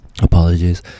apologies